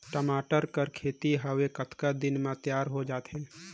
टमाटर कर खेती हवे कतका दिन म तियार हो जाथे?